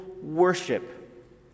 worship